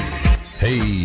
Hey